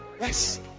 Yes